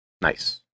Nice